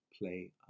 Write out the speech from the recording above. play